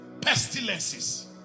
Pestilences